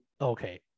Okay